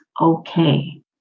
okay